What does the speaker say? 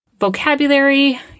Vocabulary